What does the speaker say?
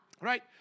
right